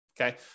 Okay